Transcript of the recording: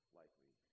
likely